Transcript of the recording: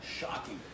shocking